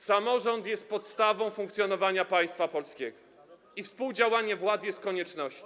Samorząd jest podstawą funkcjonowania państwa polskiego i współdziałanie władz jest koniecznością.